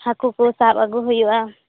ᱦᱟᱹᱠᱩ ᱠᱚ ᱥᱟᱵ ᱟᱹᱜᱩ ᱦᱩᱭᱩᱜᱼᱟ